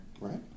right